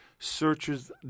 Searches